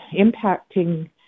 impacting